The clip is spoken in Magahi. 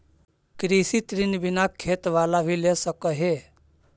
कृषि ऋण बिना खेत बाला भी ले सक है?